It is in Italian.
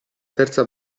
terza